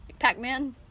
pac-man